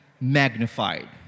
magnified